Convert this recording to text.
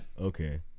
Okay